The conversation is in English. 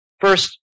First